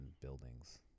buildings